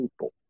people